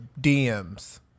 DMS